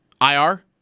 IR